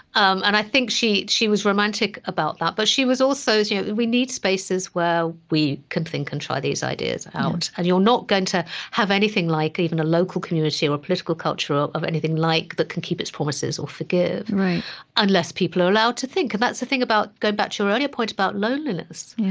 um and i think she she was romantic about that, but she was also yeah we need spaces where we can think and try these ideas out. and you're not going to have anything like even a local community or political culture of anything like that can keep its promises or forgive unless people are allowed to think. and that's the thing about going back to your earlier point about loneliness.